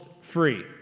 free